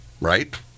right